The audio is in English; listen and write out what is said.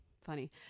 Funny